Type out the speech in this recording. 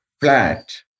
flat